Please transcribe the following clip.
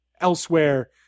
elsewhere